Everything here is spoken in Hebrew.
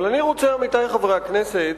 אבל אני רוצה, עמיתי חברי הכנסת,